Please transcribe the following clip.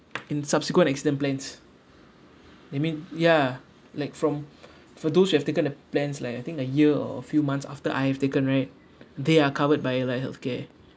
in subsequent accident plans I mean ya like from for those who have taken the plans like I think a year or a few months after I have taken right they are covered by allied health care